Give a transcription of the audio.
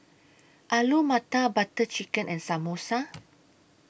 Alu Matar Butter Chicken and Samosa